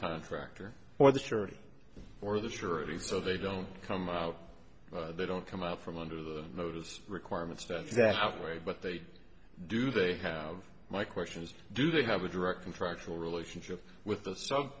contractor or the surety or the surety so they don't come out they don't come out from under the notice requirements that zapp way but they do they have my question is do they have a direct contractual relationship with the sub